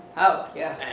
oh, yeah.